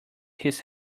his